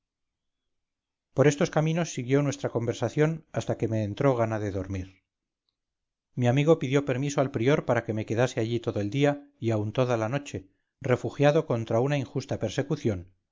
por estos caminos siguió nuestra conversación hasta que me entró gana de dormir mi amigo pidió permiso al prior para que me quedase allí todo el día y aun toda la noche refugiado contra una injusta persecución